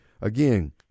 Again